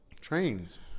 trains